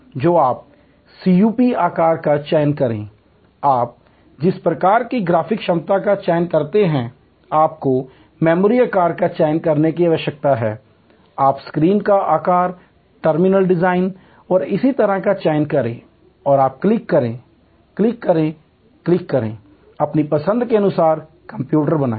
तो आप सीपीयू आकार का चयन करें आप जिस प्रकार की ग्राफिक क्षमता का चयन करते हैं आपको मेमोरी आकार का चयन करने की आवश्यकता है आप स्क्रीन का आकार टर्मिनल डिजाइन और इसी तरह का चयन करें और आप क्लिक करें क्लिक करें क्लिक करें अपनी पसंद के अनुसार कंप्यूटर बनाएं